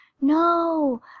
no